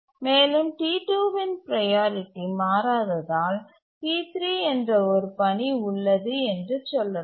மேலும் T2 இன் priority மாறாததால் T3 என்ற ஒரு பணி உள்ளது என்று சொல்லலாம்